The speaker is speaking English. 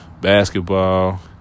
basketball